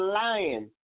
lying